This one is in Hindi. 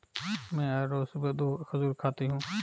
मैं हर रोज सुबह दो खजूर खाती हूँ